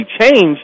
change